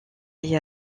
est